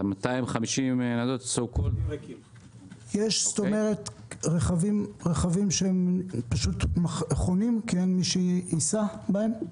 כלומר, יש רכבים שחונים כי אין מי שייסע בהם?